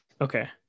okay